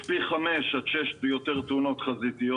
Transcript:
יש פי חמישה עד שישה יותר תאונות חזיתיות